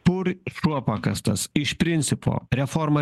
kur šuo pakastas iš principo reforma